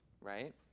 right